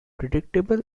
predictable